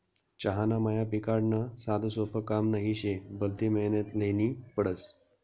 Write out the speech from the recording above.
चहाना मया पिकाडनं साधंसोपं काम नही शे, भलती मेहनत ल्हेनी पडस